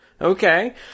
Okay